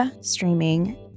streaming